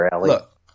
Look